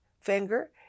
finger